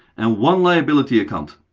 and one liability account.